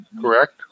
correct